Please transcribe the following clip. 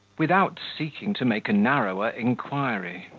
without seeking to make a narrower inquiry,